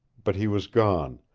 but he was gone,